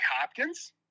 Hopkins